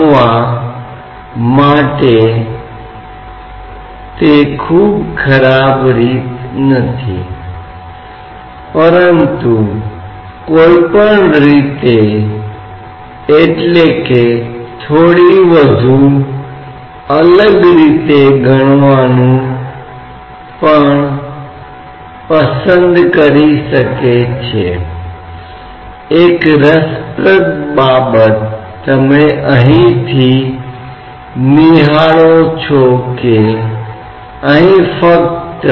हम मानते हैं कि हम कुछ गहराई के बारे में आम तौर पर उस दिशा में रुचि रखते हैं जिसमें गहराई भिन्न होती है जिसे आमतौर पर z दिशा के रूप में लिया जाता है यह ज्यादातर किताबों में एक सामान्य अंकन है कि ऊर्ध्वाधर दिशा जिसमें गुरुत्वाकर्षण काम कर रहा है